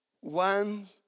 one